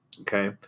okay